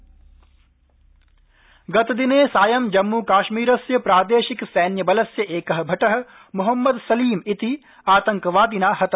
जम्मू काश्मीरबिजबह्मीरा गतदिने सायं जम्मू काश्मीरस्य प्रादेशिक सैन्य बलस्य एकः भटः मोहम्मद सलीम इति आतंकवादिना हतः